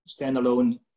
standalone